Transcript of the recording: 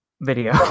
video